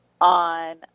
on